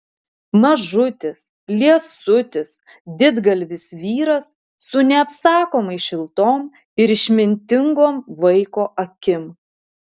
mažutis liesutis didgalvis vyras su neapsakomai šiltom ir išmintingom vaiko akim